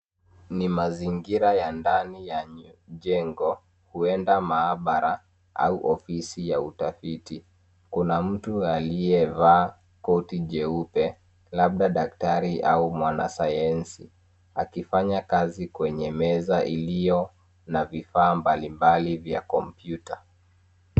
Ni mazingira ya ndani ya jengo huenda maabara au ofisi ya utafiti. Kuna mtu aliyevaa koti jeupe labda daktari au mwanasayansi akifanya kazi kwenye meza iliyo na vifaa mbalimbali vya kompyuta.